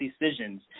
decisions